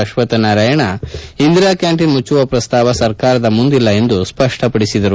Ashwath Narayana Indira canteen ಮುಖ್ಯವ ಪ್ರಸ್ತಾವ ಸರ್ಕಾರದ ಮುಂದಿಲ್ಲ ಎಂದು ಸ್ಪಷ್ಟಪಡಿಸಿದರು